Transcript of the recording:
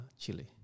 Chile